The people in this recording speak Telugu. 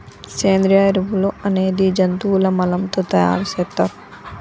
సేంద్రియ ఎరువులు అనేది జంతువుల మలం తో తయార్ సేత్తర్